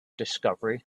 discovery